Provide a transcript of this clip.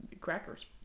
crackers